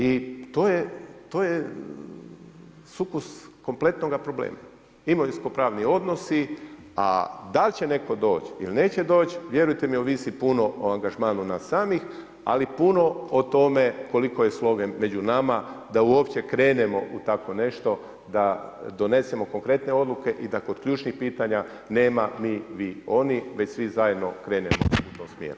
I to je sukus kompletnoga problema, imovinski pravni odnosi, a dal će netko doći ili neće doći, vjerujte mi ovisi puno o angažmanu nas samih, ali i puno o tome, koliko je sloge među nama, da uopće krenemo u tako nešto, da donesemo konkretne odluke, i da kod ključnih pitanja nema ni vi ni oni, već svi zajedno krenemo u tom smjeru.